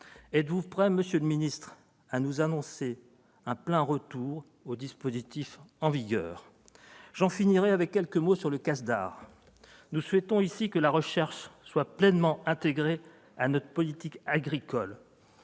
Êtes-vous prêt, monsieur le ministre, à nous annoncer un plein retour au dispositif en vigueur ? J'en finirai avec quelques mots sur le CASDAR. Nous souhaitons ici que la recherche soit pleinement intégrée à notre politique agricole.